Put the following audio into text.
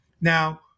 Now